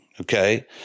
okay